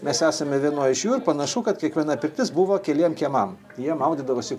mes esame vienoj iš jų ir panašu kad kiekviena pirtis buvo keliem kiemam jie maudydavosi